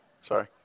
sorry